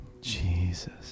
Jesus